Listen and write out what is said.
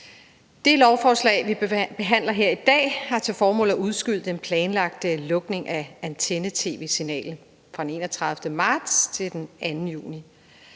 Det lovforslag, vi behandler her i dag, har til formål at udskyde den planlagte lukning af antenne-tv-signalet fra den 31. marts til den 2. juni.